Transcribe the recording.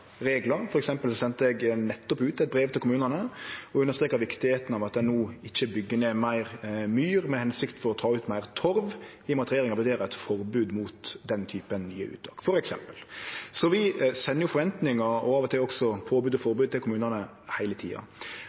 reglar. For eksempel sende eg nettopp ut eit brev til kommunane og understreka kor viktig det er at ein no ikkje byggjer ned meir myr i den hensikta å ta ut meir torv, i og med at regjeringa vurderer eit forbod mot den typen nye uttak, f.eks. Så vi sender jo forventningar, og av og til også påbod og forbod, til kommunane heile tida.